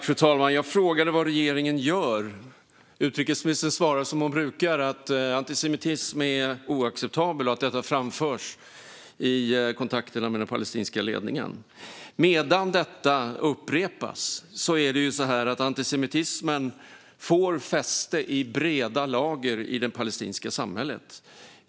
Fru talman! Jag frågade vad regeringen gör. Utrikesministern svarar som hon brukar: att antisemitism är oacceptabelt och att detta framförs i kontakterna med den palestinska ledningen. Medan detta upprepas får antisemitismen fäste i breda lager av det palestinska samhället.